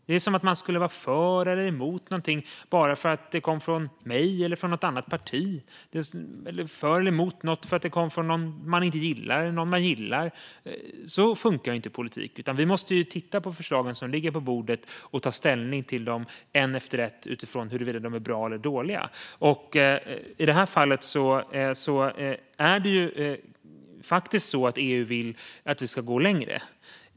Det är som att man skulle vara för eller emot någonting bara för att det kommer från mig eller något annat parti eller för att det kommer från någon man inte gillar eller någon man gillar. Så funkar inte politik. Vi måste ju titta på förslagen som ligger på bordet och ta ställning till dem ett efter ett utifrån huruvida de är bra eller dåliga. I det här fallet är det faktiskt så att EU vill att vi ska gå längre.